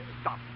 Stop